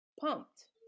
pumped